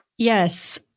Yes